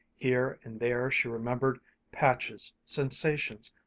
here and there she remembered patches, sensations,